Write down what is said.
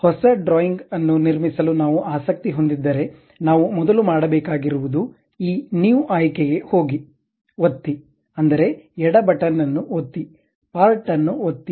ಹೊಸ ಡ್ರಾಯಿಂಗ್ ಅನ್ನು ನಿರ್ಮಿಸಲು ನಾವು ಆಸಕ್ತಿ ಹೊಂದಿದ್ದರೆ ನಾವು ಮೊದಲು ಮಾಡಬೇಕಾಗಿರುವುದು ಈ ನ್ಯೂ ಆಯ್ಕೆಗೆ ಹೋಗಿ ಒತ್ತಿ ಅಂದರೆ ಎಡ ಬಟನ್ ಅನ್ನು ಒತ್ತಿ ಪಾರ್ಟ್ ಅನ್ನು ಒತ್ತಿ